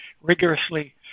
rigorously